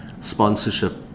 sponsorship